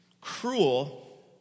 cruel